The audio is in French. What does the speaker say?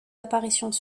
apparitions